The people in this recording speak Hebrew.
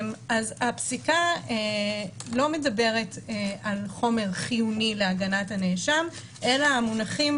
הפסיקה לא מדברת על חומר חיוני להגנת הנאשם אלא המונחים